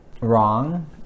wrong